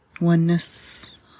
oneness